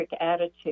attitude